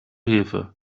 hilfe